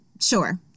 sure